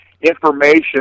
information